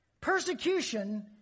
Persecution